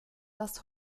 das